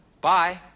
Bye